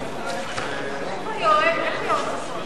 סימון פתקי הצבעה),